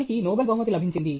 అతనికి నోబెల్ బహుమతి లభించింది